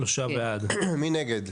מי נגד?